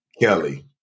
Kelly